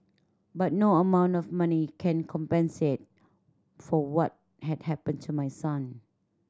but no amount of money can compensate for what had happened to my son